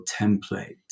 template